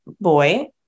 boy